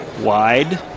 Wide